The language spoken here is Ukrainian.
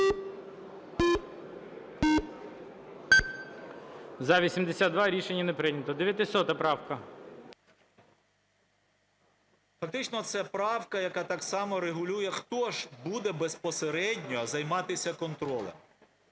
За-82 Рішення не прийнято. 900 правка. 14:19:14 СОБОЛЄВ С.В. Фактично це правка, яка так само регулює, хто ж буде безпосередньо займатися контролем.